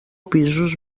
pisos